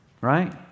right